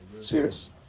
spheres